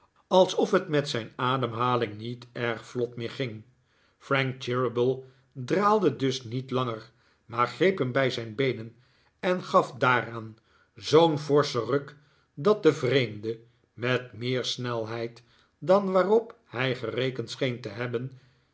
alsof het met zijn ademhaling niet erg vlot meer ging frank cheeryble draalde dus niet langer maar greep hem bij zijn beenen en gaf daaraan zoo'n forschen ruk dat de vreemde met meer snelheid dan waarop hij gerekend scheen te hebben